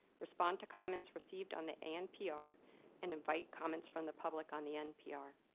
respond to comments received on the anpr and invite comments from the public on the npr.